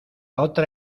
otra